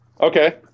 okay